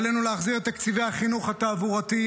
עלינו להחזיר את תקציבי החינוך התעבורתי,